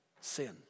sin